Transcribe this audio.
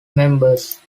members